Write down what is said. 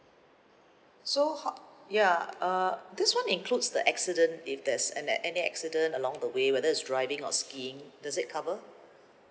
so how~ ya uh this one includes the accident if there's an acc~ any accident along the way whether is driving or skiing does it cover